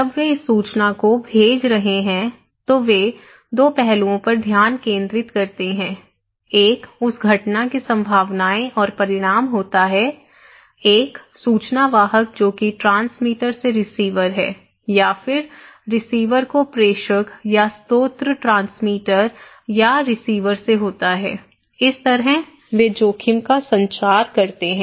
जब वे इस सूचना को भेज रहे हैं तो वे 2 पहलुओं पर ध्यान केंद्रित करते हैं एक उस घटना की संभावनाएं और परिणाम होता है एक सूचना वाहक जो कि ट्रांसमीटर से रिसीवर है या फिर रिसीवर को प्रेषक या स्रोत ट्रांसमीटर या रिसीवर से होता है इस तरह वे जोखिम का संचार करते हैं